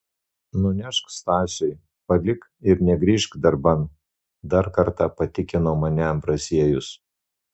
nunešk stasiui palik ir negrįžk darban dar kartą patikino mane ambraziejus